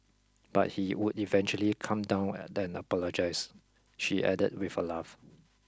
but he would eventually calm down and then apologise she added with a laugh